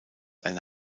eine